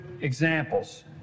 examples